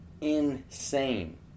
Insane